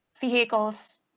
vehicles